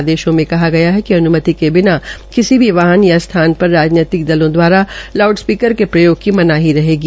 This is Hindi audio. आदेशों मे कहा गया कि अनुमति के बिना किसी भी वाहन या स्थान पर राजनैतिक दलों दवारालाउ स्पीकरों को प्रयोगा की मनाही होगी